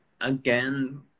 again